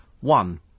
one